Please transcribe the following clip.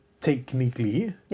technically